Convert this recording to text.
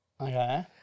Okay